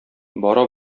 бара